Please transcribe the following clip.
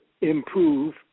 improve